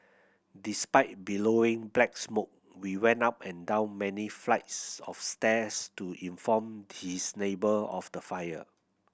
despite billowing black smoke he went up and down many flights of stairs to inform his neighbour of the fire